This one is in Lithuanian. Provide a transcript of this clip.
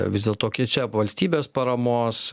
vis dėlto kiek čia valstybės paramos